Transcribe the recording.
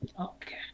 Okay